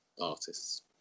artists